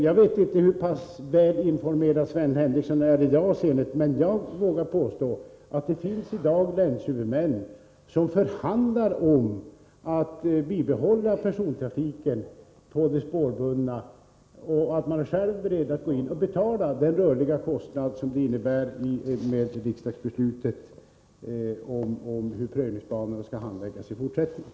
Jag vet inte hur pass väl informerad Sven Henricsson är, men jag vågar påstå att det i dag finns länshuvudmän, som förhandlar om att bibehålla spårbunden persontrafik och som själva är beredda att gå in och betala den rörliga kostnad som uppstår genom riksdagens beslut om hur prövningsbanorna skall handläggas i fortsättningen.